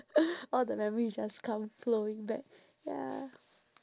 all the memories just come flowing back ya